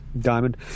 diamond